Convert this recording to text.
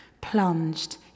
plunged